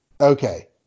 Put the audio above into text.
Okay